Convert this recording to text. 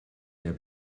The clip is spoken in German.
der